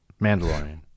Mandalorian